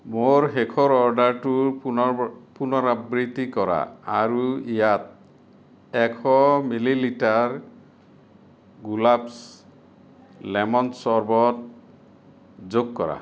মোৰ শেষৰ অৰ্ডাৰটো পুনৰাবৃত্তি কৰা আৰু ইয়াত এশ মিলি লিটাৰ গুলাবছ লেমন চৰ্বত যোগ কৰা